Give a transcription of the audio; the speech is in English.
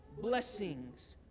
blessings